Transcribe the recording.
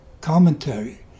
Commentary